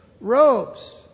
robes